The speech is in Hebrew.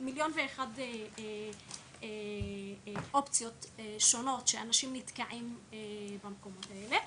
מיליון ואחת אופציות שונות שאנשים נתקעים במקומות כאלו.